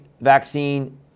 vaccine